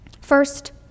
First